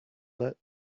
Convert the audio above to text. let